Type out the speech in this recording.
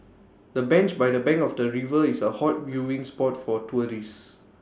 the bench by the bank of the river is A hot viewing spot for tourists